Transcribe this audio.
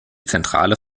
zentrale